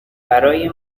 برای